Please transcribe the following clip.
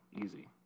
easy